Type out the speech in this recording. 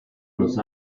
los